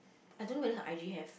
I don't know whether her I_G have